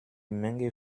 menge